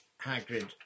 Hagrid